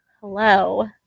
hello